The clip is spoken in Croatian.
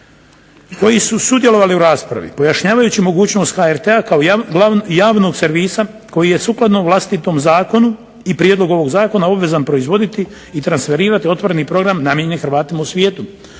koji su sudjelovali u raspravi, pojašnjavajući mogućnost HRT-a kao javnog servisa koji je sukladno vlastitom Zakonu i Prijedlogu ovoga zakona obvezan proizvoditi i transferirati otvoreni program namijenjen Hrvatima u svijetu.